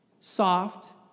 soft